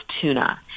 tuna